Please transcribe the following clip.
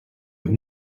have